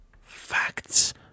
Facts